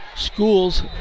Schools